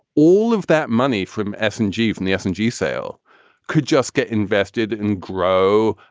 all of that money from s and p, from the s and p sale could just get invested and grow.